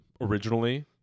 originally